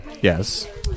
yes